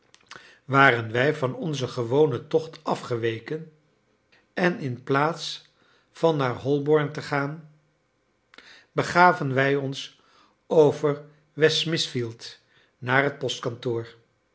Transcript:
waren wij van onzen gewonen tocht afgeweken en inplaats van naar holborn te gaan begaven wij ons over west smithfield naar het